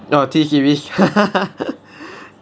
oh T series